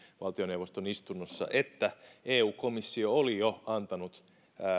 valtioneuvoston istunnossa että eu komissio oli jo antanut